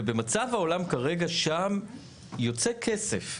ובמצב העולם כרגע שם יוצא כסף,